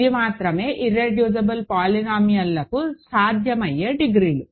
ఇవి మాత్రమే ఇర్రెడ్యూసిబుల్ పోలినామియల్లకు సాధ్యమయ్యే డిగ్రీలు